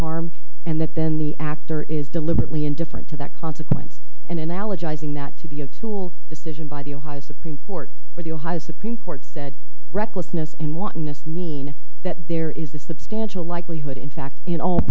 harm and that then the actor is deliberately indifferent to that consequence and analogizing that to be a tool decision by the ohio supreme court where the ohio supreme court said recklessness and wantonness mean that there is a substantial likelihood in fact in all